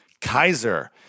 Kaiser